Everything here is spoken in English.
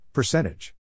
Percentage